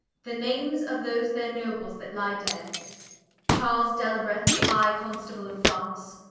the names of those their nobles that lye dead charles delabreth, high constable of france,